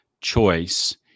choice